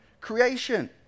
creation